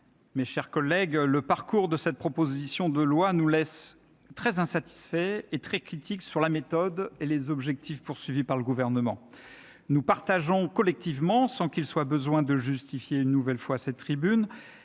mes chers collègues, le parcours de cette proposition de loi nous laisse très insatisfaits et très critiques, tant sur la méthode que sur les objectifs du Gouvernement. Nous partageons collectivement, sans qu'il soit besoin une nouvelle fois de le